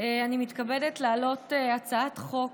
אני מתכבדת להעלות הצעת חוק